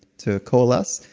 to coalesce,